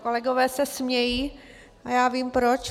Kolegové se smějí a já vím proč.